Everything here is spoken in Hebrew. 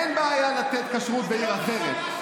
אין בעיה לתת כשרות בעיר אחרת.